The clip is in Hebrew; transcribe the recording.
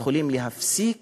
יכולים להפסיק